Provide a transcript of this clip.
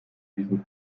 diesem